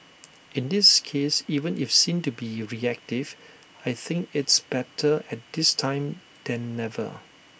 in this case even if seen to be reactive I think it's better at this time than never